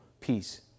peace